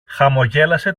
χαμογέλασε